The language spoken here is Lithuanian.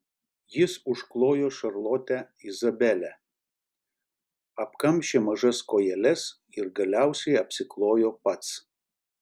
jis užklojo šarlotę izabelę apkamšė mažas kojeles ir galiausiai apsiklojo pats